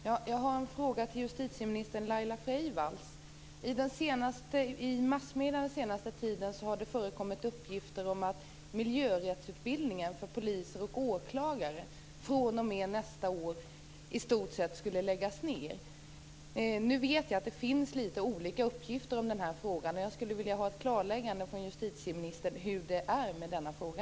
Fru talman! Jag har en fråga till justitieminister Laila Freivalds. I massmedierna har det under den senaste tiden förekommit uppgifter om att miljörättsutbildningen för poliser och åklagare fr.o.m. nästa år i stort sett skall läggas ned. Jag vet att det finns olika uppgifter om den här frågan, och jag skulle vilja få ett klarläggande från justitieministern av hur det är med detta.